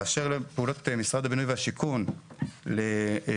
באשר לפעולות משרד הבינוי והשיכון לחיזוק